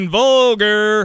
vulgar